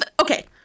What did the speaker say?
okay